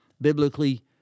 biblically